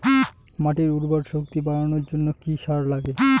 মাটির উর্বর শক্তি বাড়ানোর জন্য কি কি সার লাগে?